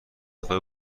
خواهی